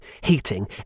heating